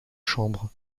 chambres